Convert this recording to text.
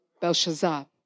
Belshazzar